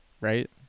right